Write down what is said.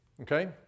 Okay